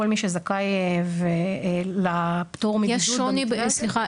כל מי שזכאי לפטור מבידוד -- סליחה,